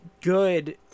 good